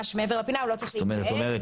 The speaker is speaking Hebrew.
חז"ל אומרים: